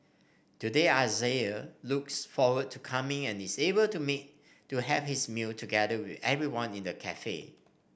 today Isaiah looks forward to coming and is able to meet to have his meal together with everyone in the cafe